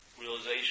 realization